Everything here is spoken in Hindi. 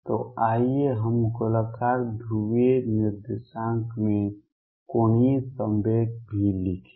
तो आइए हम गोलाकार ध्रुवीय निर्देशांकों में कोणीय संवेग भी लिखें